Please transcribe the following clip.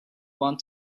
want